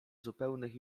zupełnych